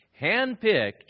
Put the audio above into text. handpicked